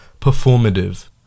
performative